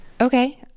Okay